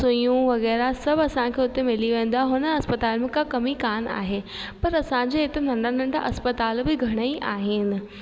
सुइयूं वग़ैरह सभु असांखे हुते मिली वेंदा हुन अस्पताल में का कमी कोन आहे पर असांजे हिते नंढा नंढा अस्पताल बि घणेई आहिनि